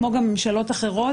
כמו גם ממשלות אחרות,